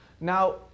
now